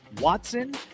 Watson